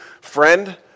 friend